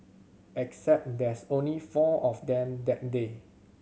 except there's only four of them that day